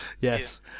Yes